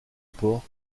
port